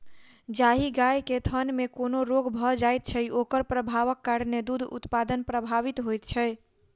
जाहि गाय के थनमे कोनो रोग भ जाइत छै, ओकर प्रभावक कारणेँ दूध उत्पादन प्रभावित होइत छै